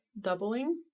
doubling